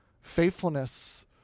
faithfulness